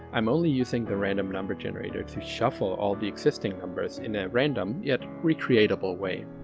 i'm only using the random number generator to shuffle all the existing numbers in random, yet recreatable way.